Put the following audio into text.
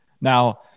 Now